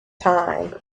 time